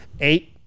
Eight